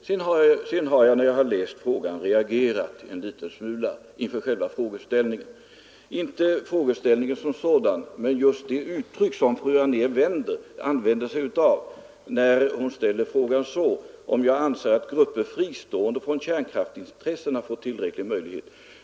Sedan har jag reagerat en liten smula när jag har läst frågan, inte inför frågeställningen som sådan men inför de uttryck som fru Anér använder när hon frågar om jag ”anser att grupper fristående från kärnkraftsintressena fått tillräcklig möjlighet” etc.